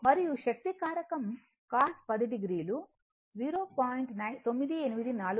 మరియు శక్తి కారకం cos 10 o 0